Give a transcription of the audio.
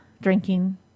drinking